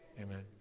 Amen